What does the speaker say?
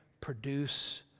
produce